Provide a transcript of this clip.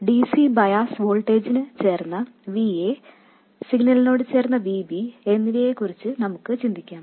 dc bias വോൾട്ടേജിന് ചേർന്ന Va സിഗ്നലിനോട് ചേർന്ന Vb എന്നിവയെക്കുറിച്ച് നമുക്ക് ചിന്തിക്കാം